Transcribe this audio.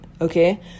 okay